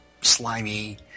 slimy